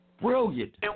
Brilliant